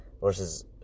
Versus